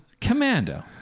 Commando